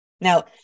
Now